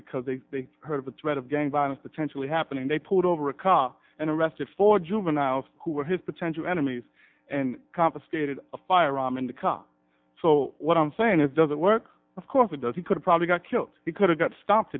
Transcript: because they heard the threat of gang violence potentially happening they pulled over a car and arrested for juveniles who were his potential enemies and confiscated a firearm in the car so what i'm saying it doesn't work of course it does he could probably got killed because he got stopped